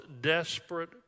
desperate